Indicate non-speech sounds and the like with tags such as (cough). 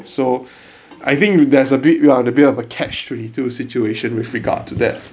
so (breath) I think there's a bit we're in a bit of a catch twenty-two situation with regard to that